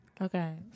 Okay